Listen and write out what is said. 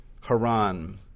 Haran